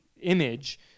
image